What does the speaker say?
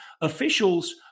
Officials